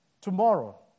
tomorrow